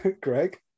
Greg